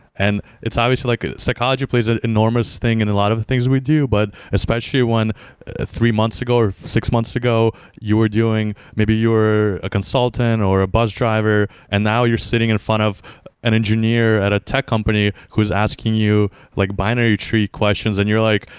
and it's obviously like psychology plays an enormous thing in a lot of the things we do, but especially when three months ago or six months ago, you're doing maybe you're a consultant or a bus driver and now you're sitting in front of an engineer at a tech company who's asking you like binary tree questions and you're like,